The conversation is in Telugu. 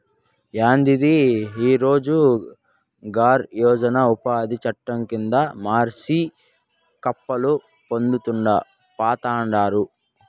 యాందిది ఈ రోజ్ గార్ యోజన ఉపాది చట్టం కింద మర్సి గప్పాలు పోతండారు